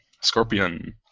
Scorpion